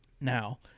Now